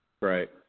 Right